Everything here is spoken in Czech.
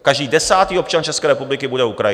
Každý desátý občan České republiky bude Ukrajinec!